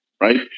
right